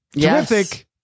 Terrific